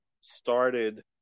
started